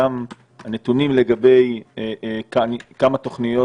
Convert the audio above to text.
גם הנתונים לגבי כמה תוכניות